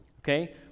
okay